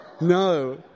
No